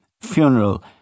funeral